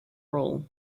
role